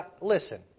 listen